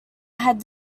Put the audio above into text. had